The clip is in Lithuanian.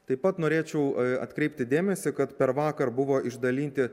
taip pat norėčiau atkreipti dėmesį kad per vakar buvo išdalinti